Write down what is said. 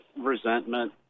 Resentment